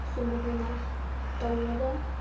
ꯁꯨ ꯃꯈꯣꯏꯅ ꯇꯧꯔꯒ